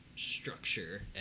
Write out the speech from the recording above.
Structure